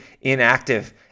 inactive